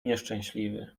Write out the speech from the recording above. nieszczęśliwy